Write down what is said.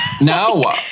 No